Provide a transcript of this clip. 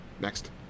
Next